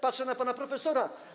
Patrzę na pana profesora.